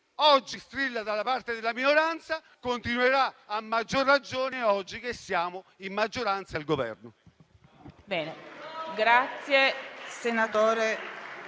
oggi strilla dalla parte della minoranza e che continuerà a maggior ragione oggi che siamo in maggioranza e al Governo.